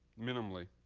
minimally